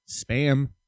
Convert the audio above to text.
Spam